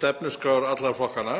stefnuskrár allra flokkanna.